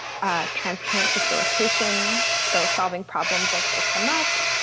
transparent facilitation, so solving problems as they come up.